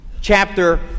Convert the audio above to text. chapter